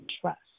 Trust